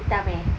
hitam eh